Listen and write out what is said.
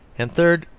and third,